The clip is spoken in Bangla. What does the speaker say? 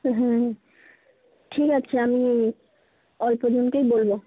হ্যাঁ ঠিক আছে আমি অল্পজনকেই বলব